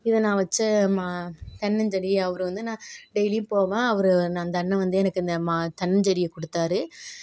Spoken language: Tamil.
இத நான் வச்சேன் ம தென்னஞ்செடி அவர் வந்து நான் டெய்லியும் போவேன் அவர் அந்த அண்ணன் வந்து எனக்கு இந்த ம தென்னஞ்செடியை கொடுத்தாரு